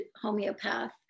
homeopath